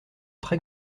très